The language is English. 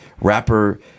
rapper